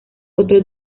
otros